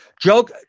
Joke